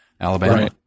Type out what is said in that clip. Alabama